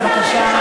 בבקשה.